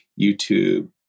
YouTube